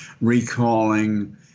recalling